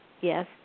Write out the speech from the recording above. Yes